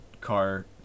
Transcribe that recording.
car